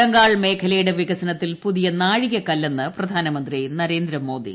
ബംഗാൾ മേഖലയുടെ വികസനത്തിൽ പുതിയ നാഴികക്കല്ലെന്ന് പ്രധാനമന്ത്രി നരേന്ദ്രമോദി